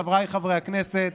חבריי חברי הכנסת,